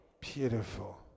Beautiful